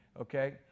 Okay